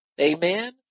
amen